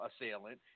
assailant